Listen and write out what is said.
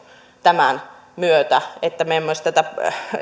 tämän myötä mikäli